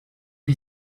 you